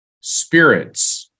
spirits